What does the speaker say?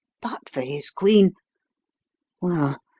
but for his queen well,